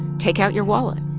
take out your wallet.